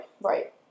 Right